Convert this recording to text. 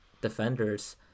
defenders